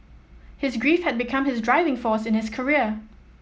his grief had become his driving force in his career